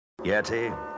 Yeti